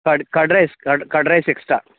curd curd rice curd curd rice extra